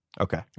Okay